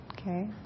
okay